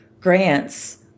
grants